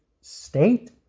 state